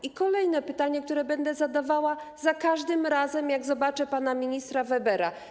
I kolejne pytanie, które będę zadawała za każdym razem, gdy zobaczę pana ministra Webera.